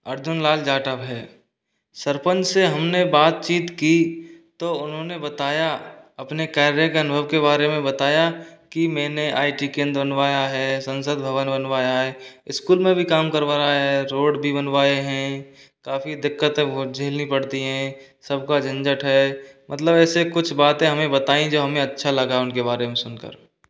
अर्जुन लाल जाटव है सरपंच से हमने बातचीत की तो उन्होंने बताया अपने कार्य के अनुभव के बारे में बताया कि मैंने आई टी केंद्र बनवाया है संसद भवन बनवाया है स्कूल में भी काम करवा रहा है रोड भी बनवाएं हैं काफ़ी दिक्कत है बहुत झेलनी पड़ती है सबका झंझट है मतलब ऐसे कुछ बातें हम बताई जो हमें अच्छा लगा उनके बारे में सुनकर